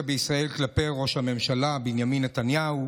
בישראל כלפי ראש הממשלה בנימין נתניהו,